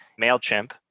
MailChimp